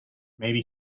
maybe